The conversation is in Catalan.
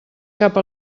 cap